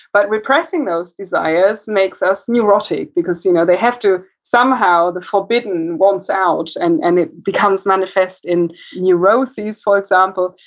but, repressing those desires makes us neurotic because you know, they have to, somehow the forbidden wants out and and it becomes manifest in neurosis for example.